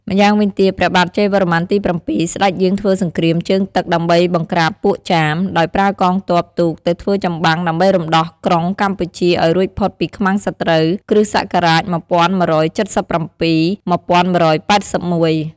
ម៉្យាវិញទៀតព្រះបាទជ័យវរ្ម័នទី៧ ស្តេចយាងធ្វើសង្គ្រាមជើងទឹក ដើម្បីបង្ក្រាបពួកចាម ដោយប្រើកងទ័ពទូកទៅធ្វើចម្បាំងដើម្បីរំដោះក្រុងកម្ពុជាឱ្យរួចផុតពីខ្មាំងសត្រូវ (គ.ស ១១៧៧-១១៨១) ។